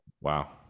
wow